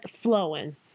flowing